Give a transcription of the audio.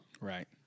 Right